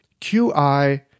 qi